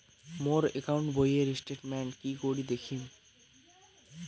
মোর account বইয়ের statement কি করি দেখিম?